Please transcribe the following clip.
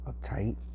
uptight